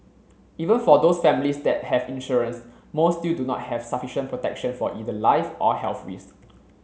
even for those families that have insurance most still do not have sufficient protection for either life or health risk